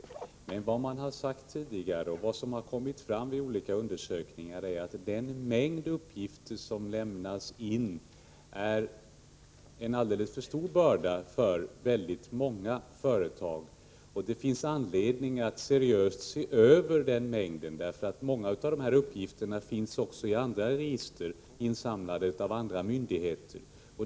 Men vad man har sagt tidigare och vad som har kommit fram vid olika undersökningar är att den mängd uppgifter som lämnas in är en alldeles för stor börda för väldigt många företag, och det finns anledning att seriöst se över den mängden, därför att många av de här uppgifterna finns också i andra register, för vilka de insamlats av andra myndigheter.